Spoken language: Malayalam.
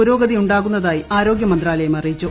പുരോഗതിയുണ്ടാകുന്നതായി ആരോഗൃമന്ത്രാലയം അറിയിച്ചു